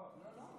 לא.